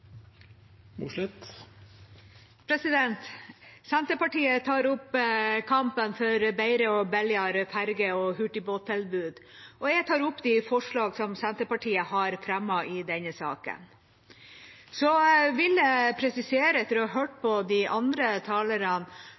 til. Senterpartiet tar opp kampen for bedre og billigere ferge- og hurtigbåttilbud, og jeg tar opp de forslagene som Senterpartiet har fremmet i denne saken. Jeg vil presisere, etter å ha hørt på de andre talerne,